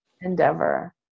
endeavor